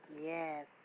Yes